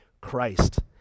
Christ